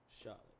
Charlotte